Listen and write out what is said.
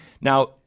Now